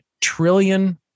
trillion